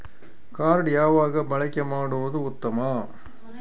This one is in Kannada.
ಕಾರ್ಡ್ ಯಾವಾಗ ಬಳಕೆ ಮಾಡುವುದು ಉತ್ತಮ?